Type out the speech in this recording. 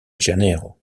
janeiro